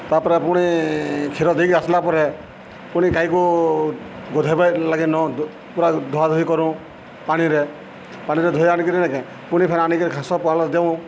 ତା'ପରେ ପୁଣି କ୍ଷୀର ଦେଇକି ଆସ୍ଲା ପରେ ପୁଣି ଗାଈକୁ ଗୋଧେଇବା ଲାଗି ନଉ ପୁରା ଧୁଆଧୁଇ କରୁ ପାଣିରେ ପାଣିରେ ଧୋଇ ଆଣିକରି ନେଇଁକେଁ ପୁଣି ଫେନ୍ ଆଣିକିରି ଘାସ ପୁଆଲ ଦେଉ